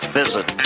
visit